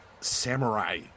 samurai